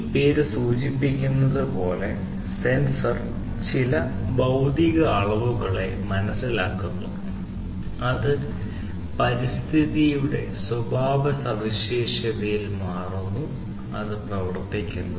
ഈ പേര് സൂചിപ്പിക്കുന്നത് പോലെ സെൻസർ ചില ഭൌതിക അളവുകൾ മനസ്സിലാക്കുന്നു അത് പരിസ്ഥിതിയുടെ സ്വഭാവസവിശേഷതയിൽ മാറുന്നു അത് പ്രവർത്തിക്കുന്നു